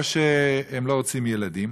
או שהם לא רוצים ילדים,